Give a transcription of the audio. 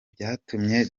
byatumye